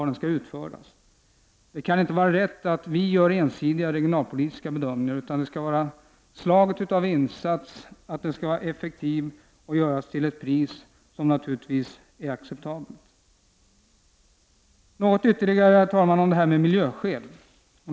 Det kan inte vara rätt att vi skall göra ensidiga regionalpolitiska bedömningar. Insatsens art, effektiviteten och det acceptabla priset är faktorer som skall tas med vid bedömningen. Herr talman! Så något ytterligare om miljöskälen.